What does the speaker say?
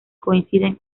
coinciden